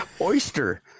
Oyster